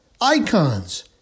icons